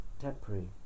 temporary